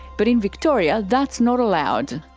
but in victoria that's not allowed.